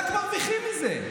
רק מרוויחים מזה.